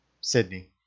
Sydney